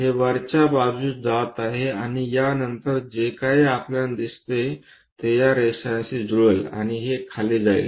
हे वरच्या बाजूस जात आहे आणि यानंतर जे काही आपल्याला दिसते ते या रेषाशी जुळेल आणि हे खाली जाईल